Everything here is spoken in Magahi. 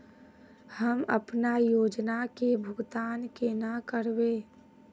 हम अपना योजना के भुगतान केना करबे?